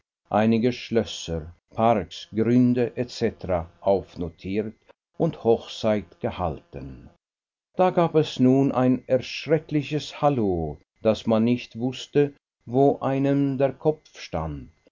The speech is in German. einige schlösser parks gründe et cetera aufnotiert und hochzeit gehalten da gab es nun ein erschreckliches hallo daß man nicht wußte wo einem der kopf stand